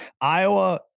Iowa